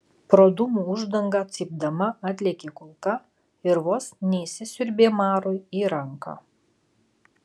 pro dūmų uždangą cypdama atlėkė kulka ir vos neįsisiurbė marui į ranką